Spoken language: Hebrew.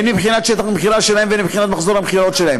הן מבחינת שטח המכירה שלהם והן מבחינת מחזור המכירות שלהם.